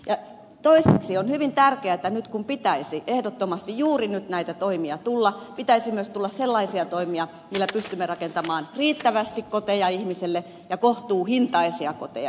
ja toiseksi on hyvin tärkeätä nyt kun pitäisi ehdottomasti juuri nyt näitä toimia tulla pitäisi myös tulla sellaisia toimia joilla pystymme rakentamaan riittävästi koteja ihmisille ja kohtuuhintaisia koteja ihmisille